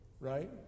Right